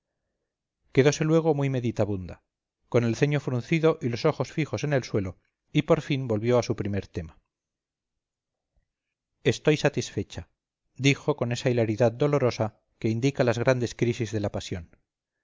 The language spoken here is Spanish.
quedóse luego muy meditabunda con el ceño fruncido y los ojos fijos en el suelo y por fin volvió a su primer tema estoy satisfecha dijo con esa hilaridad dolorosa que indica las grandes crisis de la pasión